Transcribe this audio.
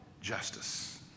justice